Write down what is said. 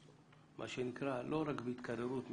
מה שנקרא לא רק בהתקררות משפעת.